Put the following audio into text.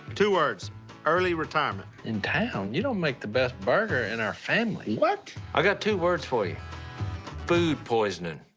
two words early retirement. in town? you don't make the best burger in our family. what? i got two words for you food poisoning.